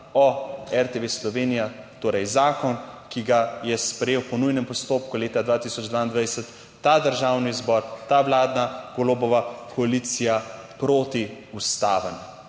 o RTV Slovenija, torej zakon, ki ga je sprejel po nujnem postopku leta 2022 ta državni zbor, ta vladna Golobova koalicija, protiustaven.